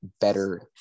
better